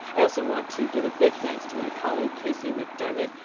i also want to give a big thanks to my colleague casey mcdermott.